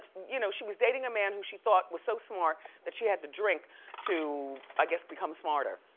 you know, she was dating a man who she thought was so smart that she had to drink to i guess become smarter.